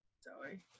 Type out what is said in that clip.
Sorry